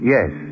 Yes